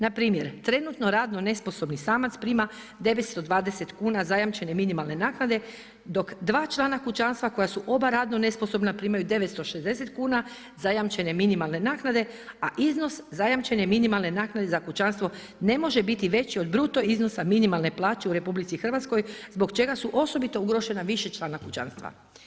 Npr. trenutno radno nesposobni samac prima 920 kuna zajamčene minimalne naknade dok 2 člana kućanstva koja su oba radno nesposobna primaju 960 kuna zajamčene minimalne naknade a iznos zajamčene minimalne naknade za kućanstvo ne može biti veće od bruto iznosa minimalne plaće u RH zbog čega su osobito ugrožena višečlana kućanstva.